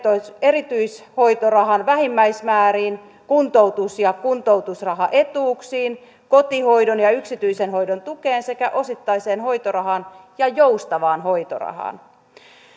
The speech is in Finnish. erityishoitorahan vähimmäismääriin kuntoutus ja kuntoutusrahaetuuksiin kotihoidon ja yksityisen hoidon tukeen sekä osittaiseen hoitorahaan ja joustavaan hoitorahaan